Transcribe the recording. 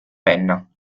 penna